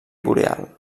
boreal